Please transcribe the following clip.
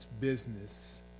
business